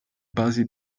basi